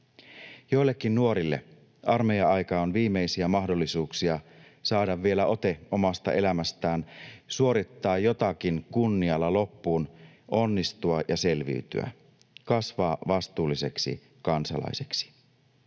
Joillekin nuorille armeija-aika on viimeisiä mahdollisuuksia saada vielä ote omasta elämästään, suorittaa jotakin kunnialla loppuun, onnistua ja selviytyä, kasvaa vastuulliseksi kansalaiseksi.